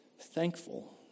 Thankful